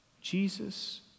Jesus